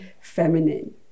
feminine